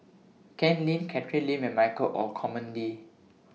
Ken Lim Catherine Lim and Michael Olcomendy